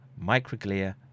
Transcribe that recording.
microglia